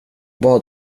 bad